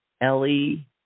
Ellie